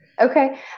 Okay